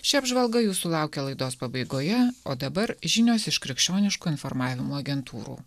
ši apžvalga jūsų laukia laidos pabaigoje o dabar žinios iš krikščioniško informavimo agentūrų